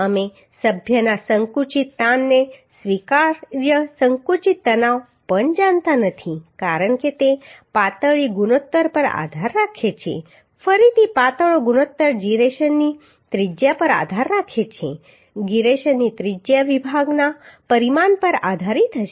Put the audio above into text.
અમે સભ્યના સંકુચિત તાણને સ્વીકાર્ય સંકુચિત તણાવ પણ જાણતા નથી કારણ કે તે પાતળી ગુણોત્તર પર આધાર રાખે છે ફરીથી પાતળો ગુણોત્તર જીરેશનની ત્રિજ્યા પર આધાર રાખે છે ગિરેશનની ત્રિજ્યા વિભાગના પરિમાણ પર આધારિત હશે